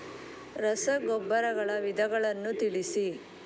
ರಸಗೊಬ್ಬರಗಳ ವಿಧಗಳನ್ನು ತಿಳಿಸಿ?